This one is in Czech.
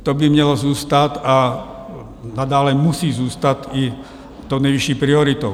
To by mělo zůstat a nadále musí zůstat i tou nejvyšší prioritou.